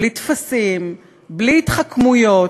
בלי טפסים, בלי התחכמויות,